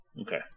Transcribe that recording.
Okay